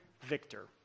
victor